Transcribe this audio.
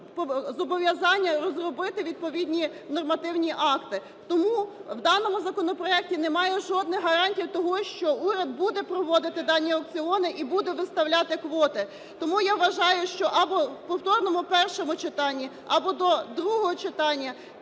зобов'язання розробити відповідні нормативні акти. Тому в даному законопроекті немає жодних гарантій того, що уряд буде проводити дані аукціони і буде виставляти квоти. Тому я вважаю, що або в повторному першому читанні, або до другого читання